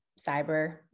cyber